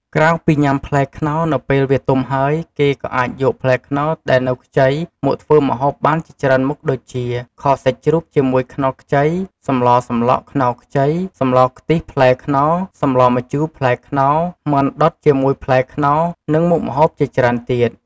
ក្រៅពីញាំផ្លែខ្នុរនៅពេលវាទុំហើយ គេក៏អាចយកផ្លែខ្នុរដែលនៅខ្ចី មកធ្វើម្ហូបបានជាច្រើនមុខដូចជា ខសាច់ជ្រូកជាមួយខ្នុរខ្ចី សម្លសម្លក់ខ្នុរខ្ចី សម្លខ្លិះផ្លែរខ្នុរ សម្លម្ជូរផ្លែរខ្នុរ មាត់ដុតជាមួយផ្លែខ្នុរ និងមុខម្ហូបជាច្រើនទៀត។